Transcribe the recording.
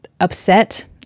upset